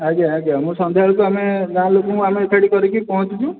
ଆଜ୍ଞା ଆଜ୍ଞା ମୁଁ ସନ୍ଧ୍ୟା ବେଳକୁ ଆମେ ଗାଁ ଲୋକଙ୍କୁ ଆମେ ଏକାଠି କରିକି ପହଞ୍ଚୁଛୁ